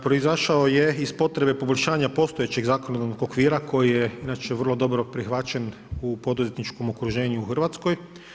Proizašao je iz potrebe poboljšanja postojećeg zakonodavnog okvira koji je inače vrlo dobro prihvaćen u poduzetničkom okruženju u Hrvatskoj.